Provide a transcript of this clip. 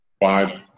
five